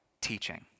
teaching